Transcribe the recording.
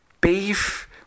beef